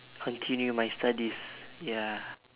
continue my studies ya